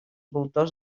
voltors